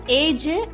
age